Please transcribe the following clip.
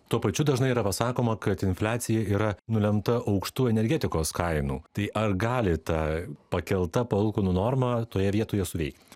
tuo pačiu dažnai yra pasakoma kad infliacija yra nulemta aukštų energetikos kainų tai ar gali ta pakelta palūkanų norma toje vietoje suveikt